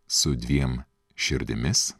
su dviem širdimis